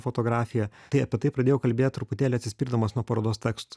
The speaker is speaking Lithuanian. fotografija tai apie tai pradėjau kalbėt truputėlį atsispirdamas nuo parodos tekstų